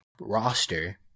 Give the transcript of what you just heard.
roster